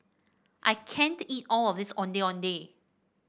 I can't eat all of this Ondeh Ondeh